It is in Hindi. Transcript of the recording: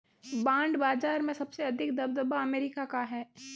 बांड बाजार में सबसे अधिक दबदबा अमेरिका का है